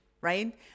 right